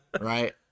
right